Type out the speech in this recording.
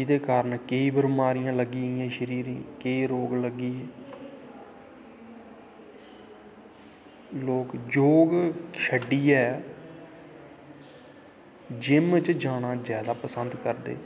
एह्दे कारन केंई बमारियां लग्गी गेईयां शरीरे केई रोग लग्गी गे लोग योग छड्डियै जिम्म च जाना जादा पसंद करदे